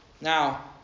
Now